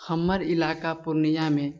हमर इलाका पूर्णियामे